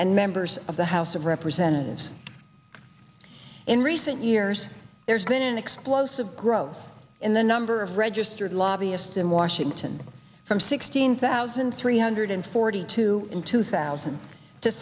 and members of the house of representatives in recent years there's been an explosive growth in the number of registered lobbyist in washington from sixteen thousand three hundred forty two in two thousand to